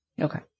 Okay